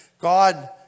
God